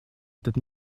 этот